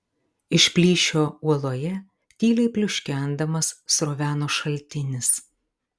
iš plyšio uoloje tyliai pliuškendamas sroveno šaltinis